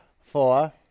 Four